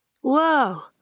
whoa